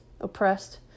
oppressed